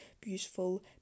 beautiful